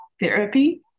therapy